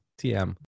TM